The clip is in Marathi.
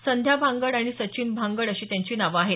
संध्या भांगड आणि सचिन भांगड अशी त्यांची नावं आहेत